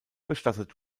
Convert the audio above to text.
bestattet